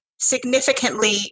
significantly